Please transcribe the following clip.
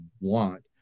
want